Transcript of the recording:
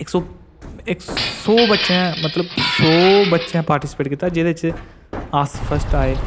इक सौ इक सौ बच्चें मतलब सौ बच्चें पार्टिसिपेट कीता जेह्दे च अस फर्स्ट आए